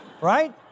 right